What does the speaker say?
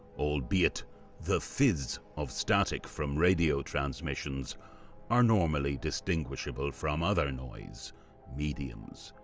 albeit the fizz of static from radio transmissions are normally distinguishable from other noise mediums.